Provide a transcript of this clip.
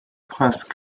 prince